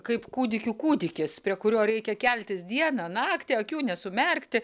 kaip kūdikių kūdikis prie kurio reikia keltis dieną naktį akių nesumerkti